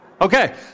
Okay